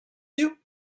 you